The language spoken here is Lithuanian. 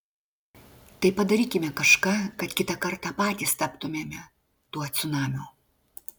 tai padarykime kažką kad kitą kartą patys taptumėme tuo cunamiu